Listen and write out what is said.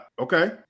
Okay